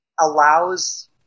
allows